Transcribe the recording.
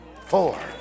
four